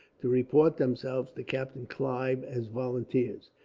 to report themselves to captain clive as volunteers.